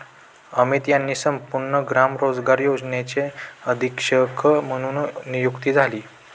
अमित यांची संपूर्ण ग्राम रोजगार योजनेचे अधीक्षक म्हणून नियुक्ती झाली